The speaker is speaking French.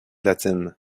latine